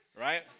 right